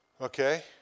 Okay